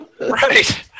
Right